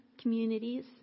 communities